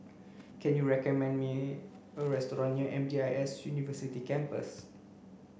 can you recommend me a restaurant near M D I S University Campus